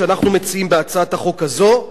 שאנחנו מציעים בהצעת החוק הזאת,